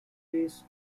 based